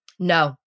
No